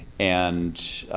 and